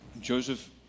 Joseph